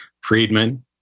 Friedman